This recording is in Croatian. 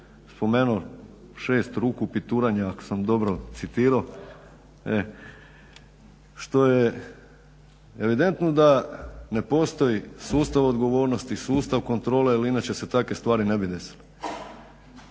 spomenuo 6 ruku pituranja ako sam dobro citirao, što je evidentno da ne postoji sustav odgovornosti, sustav kontrole. Jer inače se takve stvari ne bi desile.